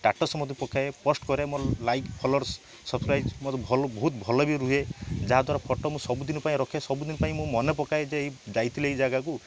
status ମଧ୍ୟ ପକାଏ post କରେ ମୋର ଲାଇକ୍ ଫଲୋଅର୍ସ ସବସ୍କ୍ରାଇବ୍ ମୋର ବହୁତ ଭଲ ମୋତେ ବହୁତ ଭଲ ବି କରେ ଯାହାଦ୍ୱାରା ଫଟୋ ମୁଁ ସବୁଦିନ ରଖେ ସବୁଦିନ ପାଇଁ ମୁଁ ମନେ ପକାଏ ଯେ ଯାଇଥିଲି ଏଇ ଜାଗାକୁ